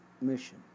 mission